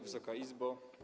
Wysoka Izbo!